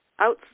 out